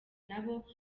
nabo